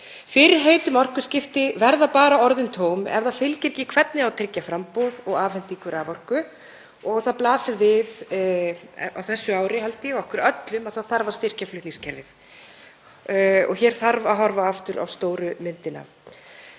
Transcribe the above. Fyrirheit um orkuskipti verða bara orðin tóm ef það fylgir ekki hvernig á að tryggja framboð og afhendingu raforku. Á þessu ári blasir við okkur öllum, held ég, að það þarf að styrkja flutningskerfið. Hér þarf að horfa aftur á stóru myndina.